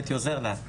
הייתי עוזר לה,